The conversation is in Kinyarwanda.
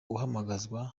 guhamagazwa